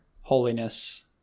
Holiness